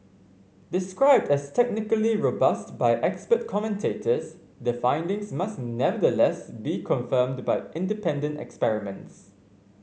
described as technically robust by expert commentators the findings must nevertheless be confirmed by independent experiments